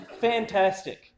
Fantastic